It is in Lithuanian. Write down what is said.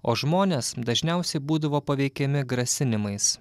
o žmonės dažniausiai būdavo paveikiami grasinimais